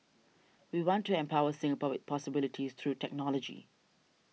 we want to empower Singapore with possibilities through technology